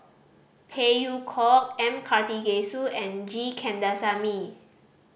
Phey Yew Kok M Karthigesu and G Kandasamy